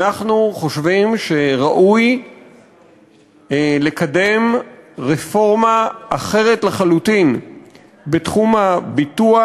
אנחנו חושבים שראוי לקדם רפורמה אחרת לחלוטין בתחום הביטוח,